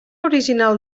original